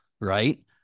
right